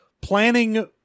planning